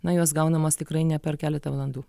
na jos gaunamos tikrai ne per keletą valandų